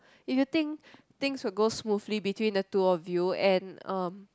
if you think things will go smoothly between the two of you and um